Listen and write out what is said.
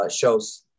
shows